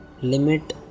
limit